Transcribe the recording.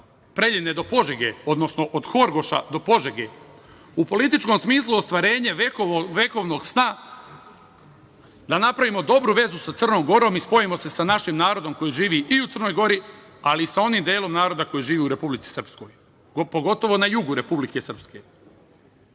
Preljine do Požege, odnosno od Horgoša do Požege u političkom smislu ostvarenje vekovnog sna da napravimo dobru vezu sa Crnom Gorom i spojimo se sa našim narodom koji živi i u Crnoj Gori, ali i sa onim delom narodna koji živi u Republici Srpskoj, pogotovo na jugu Republike Srpske. Ista